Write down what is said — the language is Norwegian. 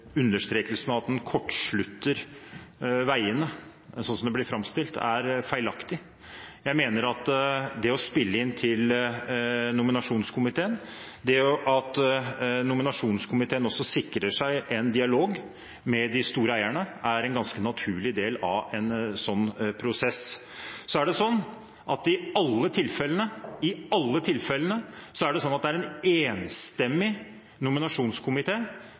av at staten har en snarvei som kortslutter prosessene, slik som det blir framstilt, er feilaktig. Jeg mener at det å spille inn til nominasjonskomiteen, det at nominasjonskomiteen sikrer seg en dialog med de store eierne, er en ganske naturlig del av en sånn prosess. I alle tilfellene er det en enstemmig nominasjonskomité som legger fram sin innstilling for generalforsamlingen, og det er